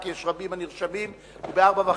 כי רבים הנרשמים וב-16:30,